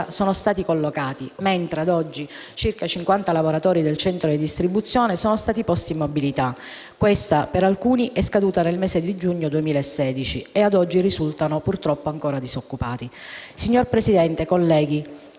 sono stati ricollocati, mentre ad oggi circa 50 lavoratori del centro di distribuzione sono stati posti in mobilità; questa per alcuni è scaduta nel mese di giugno del 2016 e ad oggi risultano purtroppo ancora disoccupati. Signora Presidente, colleghi,